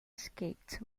escaped